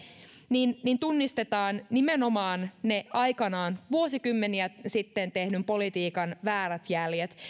niin niin tunnistetaan nimenomaan ne aikanaan vuosikymmeniä sitten tehdyn politiikan väärät jäljet